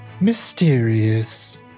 Mysterious